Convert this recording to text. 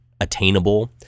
attainable